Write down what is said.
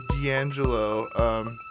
D'Angelo